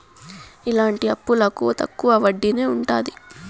ఇలాంటి అప్పులకు తక్కువ వడ్డీనే ఉంటది